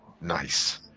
Nice